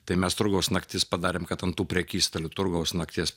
tai mes turgaus naktis padarėm kad ant tų prekystalių turgaus nakties